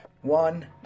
One